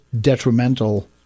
detrimental